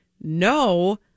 no